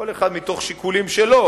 כל אחד מתוך שיקולים שלו,